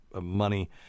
money